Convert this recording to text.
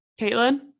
Caitlin